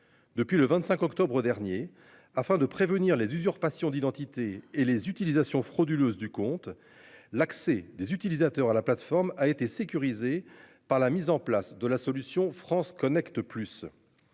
Depuis le 25 octobre dernier, afin de prévenir les usurpations d'identité et les utilisations frauduleuses du compte l'accès des utilisateurs à la plateforme a été sécurisé par la mise en place de la solution France Connect plus.